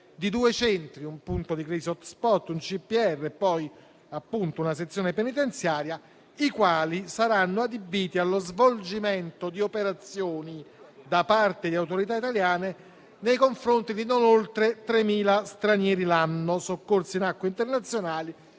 di due centri, un punto di crisi *hotspot* (un CPR), e una sezione penitenziaria, i quali saranno adibiti allo svolgimento di operazioni da parte di autorità italiane nei confronti di non oltre 3.000 stranieri l'anno soccorsi in acque internazionali